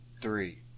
three